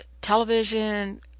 television